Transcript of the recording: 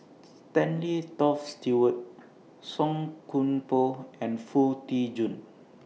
Stanley Toft Stewart Song Koon Poh and Foo Tee Jun